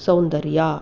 Soundarya